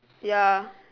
ya